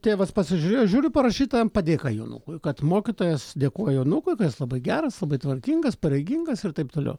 tėvas pasižiūrėjo žiūri parašyta padėka jonukui kad mokytojas dėkojo jonukui kad jis labai geras labai tvarkingas pareigingas ir taip toliau